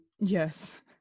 Yes